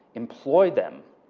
employ them.